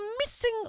missing